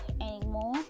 anymore